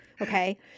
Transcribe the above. Okay